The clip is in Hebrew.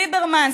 ליברמן,